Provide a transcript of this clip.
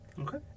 Okay